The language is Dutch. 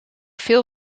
veel